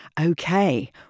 Okay